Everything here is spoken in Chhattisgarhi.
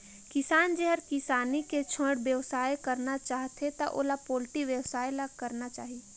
किसान जेहर किसानी के छोयड़ बेवसाय करना चाहथे त ओला पोल्टी बेवसाय ल करना चाही